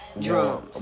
drums